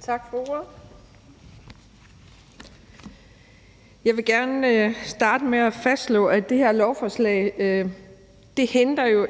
Tak for ordet. Jeg vil gerne starte med at fastslå, at det her lovforslag jo ikke hindrer